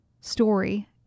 story